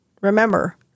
remember